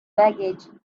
baggage